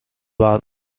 was